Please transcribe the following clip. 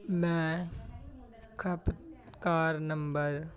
ਮੈਂ ਖਪਤਕਾਰ ਨੰਬਰ